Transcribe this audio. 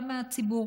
גם מהציבור,